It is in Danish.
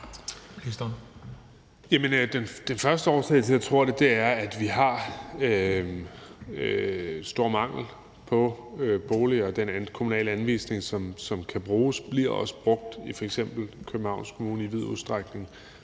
Den første årsag til, at jeg tror det, er, at vi har stor mangel på boliger. Den kommunale anvisning, som kan bruges, bliver også brugt, f.eks. i Københavns Kommune i vid udstrækning,